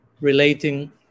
relating